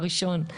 הראשון.